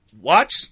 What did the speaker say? Watch